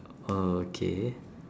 okay